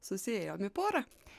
susiėjom į porą